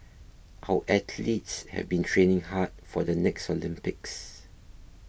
our athletes have been training hard for the next Olympics